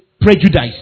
prejudice